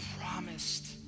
promised